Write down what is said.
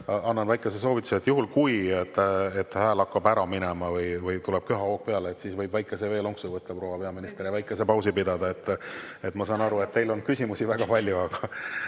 annan ma väikese soovituse, et juhul kui hääl hakkab ära minema või tuleb köhahoog peale, siis võib väikese veelonksu võtta, proua peaminister, ja väikest pausi pidada. Ma saan aru, et teile on küsimusi väga palju, aga